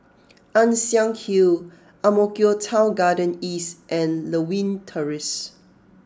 Ann Siang Hill Ang Mo Kio Town Garden East and Lewin Terrace